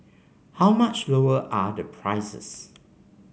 how much lower are the prices